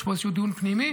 יש פה איזשהו דיון פנימי.